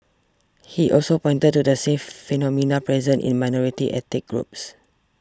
he also pointed to the same phenomena present in minority ethnic groups